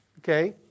okay